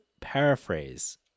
paraphrase